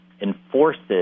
enforces